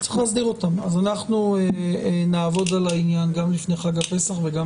אנחנו נעבוד על זה גם לפני חג הפסח וגם